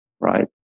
right